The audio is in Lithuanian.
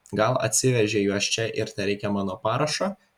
gal atsivežei juos čia ir tereikia mano parašo